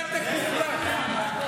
נתק מוחלט.